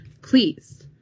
please